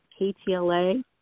KTLA